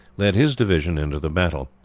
led his division into the battle.